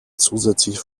zusätzliche